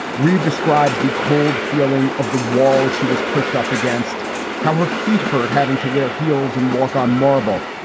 reid describes the cold feeling of the wall. she was pushed up against how her feet hurt, having to wear heels and walk on marble.